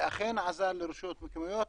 זה אכן עזר לרשויות מקומיות,